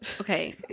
Okay